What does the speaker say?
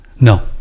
No